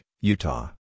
Utah